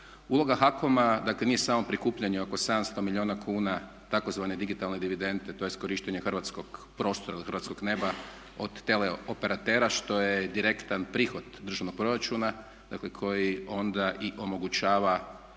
Uloga HAKOM-a dakle nije samo prikupljanje oko 700 milijuna kuna tzv. digitalne dividende, tj. korištenje hrvatskog prostora ili hrvatskog neba od tele operatera što je direktan prihod državnog proračuna, dakle koji onda i omogućava